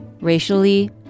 racially